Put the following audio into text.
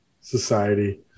Society